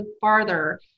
farther